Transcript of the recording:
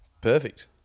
perfect